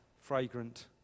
fragrant